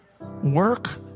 Work